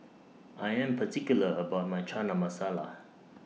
I Am particular about My Chana Masala